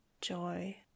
joy